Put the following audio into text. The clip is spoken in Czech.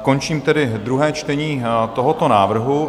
Končím tedy druhé čtení tohoto návrhu.